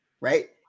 right